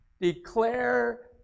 Declare